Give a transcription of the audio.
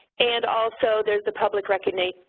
and also, there's the public recognition.